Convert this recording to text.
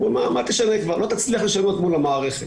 אמרו, לא תצליח לשנות מול המערכת.